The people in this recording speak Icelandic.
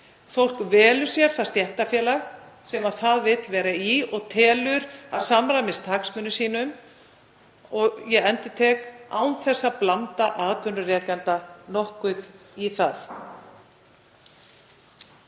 Fólk velur sér það stéttarfélag sem það vill vera í og telur að samræmist hagsmunum sínum. Ég endurtek: Án þess að blanda atvinnurekanda nokkuð í það.